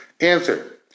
Answer